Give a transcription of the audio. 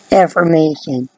information